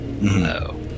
No